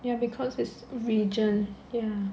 ya because it's region ya